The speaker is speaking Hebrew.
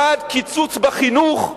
בעד קיצוץ בחינוך,